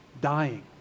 dying